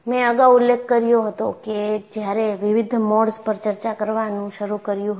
મેં અગાઉ ઉલ્લેખ કર્યો હતો કે જ્યારે વિવિધ મોડ્સ પર ચર્ચા કરવાનું શરૂ કર્યું હતું